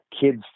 kids